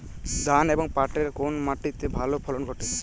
ধান এবং পাটের কোন মাটি তে ভালো ফলন ঘটে?